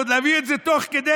ועוד להביא את זה תוך כדי,